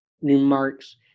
remarks